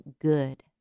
good